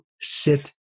sit